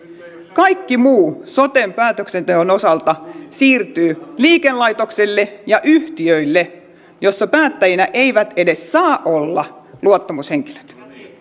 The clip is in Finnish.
kaikki muu soten päätöksenteon osalta siirtyy liikelaitoksille ja yhtiöille joissa päättäjinä eivät edes saa olla luottamushenkilöt